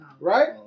Right